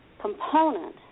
component